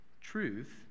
truth